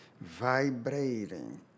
Vibrating